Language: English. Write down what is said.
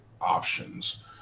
options